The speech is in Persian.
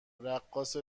رقاص